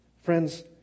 Friends